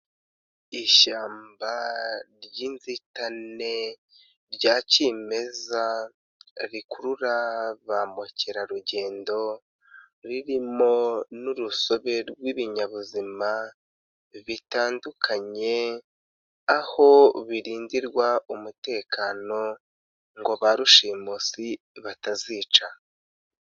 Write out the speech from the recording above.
Ishyamba ry'inzitane rya kimeza rikurura ba mukerarugendo, ririmo n'urusobe rw'ibinyabuzima bitandukanye, aho birindirwa umutekano ngo ba rushimusi batazica.